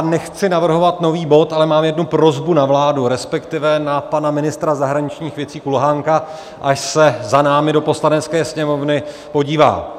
Nechci navrhovat nový bod, ale mám jednu prosbu na vládu, respektive na pana ministra zahraničních věcí Kulhánka, až se za námi do Poslanecké sněmovny podívá.